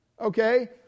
okay